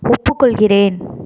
ஒப்புக்கொள்கிறேன்